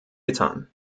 getan